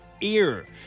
ear